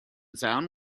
sound